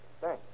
Thanks